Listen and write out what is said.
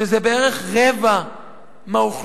שזה בערך רבע מהאוכלוסייה